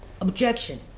Objection